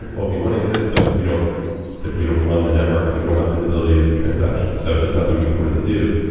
well, we want to exist but we don't that we don't run the network ad and we don't have visibility of the transaction, so there's nothing we can really do.